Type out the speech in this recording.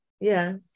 Yes